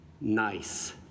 nice